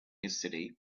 yesterday